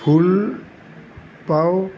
ভুল পাওঁ